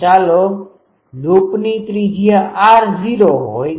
તો ચાલો લૂપની ત્રિજ્યા r0 હોય